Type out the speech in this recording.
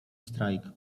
strajk